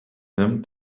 him